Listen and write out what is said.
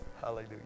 Hallelujah